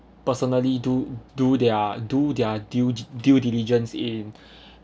personally do do their do their due due diligence in